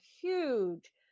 huge